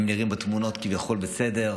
הם נראים בתמונות כביכול בסדר,